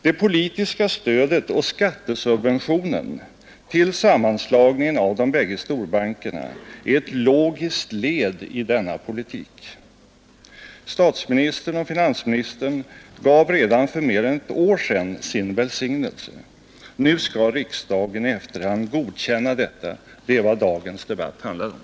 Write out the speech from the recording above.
Det politiska stödet och skattesubventionen till sammanslagningen av de bägge storbankerna är ett logiskt led i denna politik. Statsministern och finansministern gav redan för mer än ett år sedan sin välsignelse; nu skall riksdagen i efterhand godkänna detta — det är vad dagens debatt handlar om.